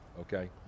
okay